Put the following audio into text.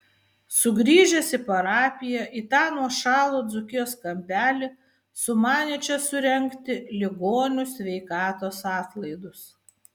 sugrįžęs į parapiją į tą nuošalų dzūkijos kampelį sumanė čia surengti ligonių sveikatos atlaidus